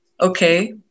okay